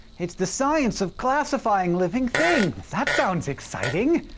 it's the science of classifying living things. that sounds exciting.